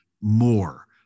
more